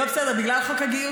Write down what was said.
לא יפה, לא בסדר, בגלל חוק הגיוס.